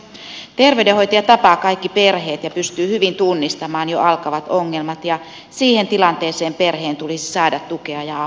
terveydenhoi taja tapaa kaikki perheet ja pystyy hyvin tunnistamaan jo alkavat ongelmat ja siihen tilanteeseen perheen tulisi saada tukea ja apua